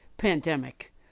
pandemic